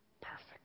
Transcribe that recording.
perfect